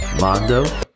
Mondo